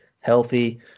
Healthy